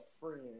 friend